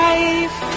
Life